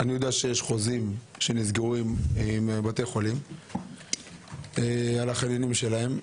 אני יודע שיש חוזים שנסגרו עם בתי חולים על החניונים שלהם.